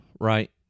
right